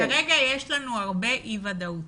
כרגע יש לנו הרבה אי ודאות